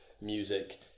music